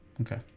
Okay